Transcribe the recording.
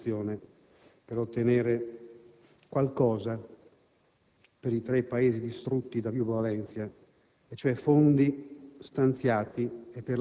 seria battaglia all'interno della mia coalizione per ottenere qualcosa per i tre paesi distrutti, cioè lo